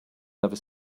never